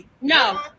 No